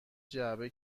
جعبه